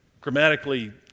grammatically